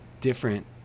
different